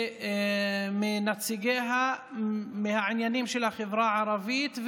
ונציגיה מהעניינים של החברה הערבית,